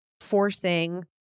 forcing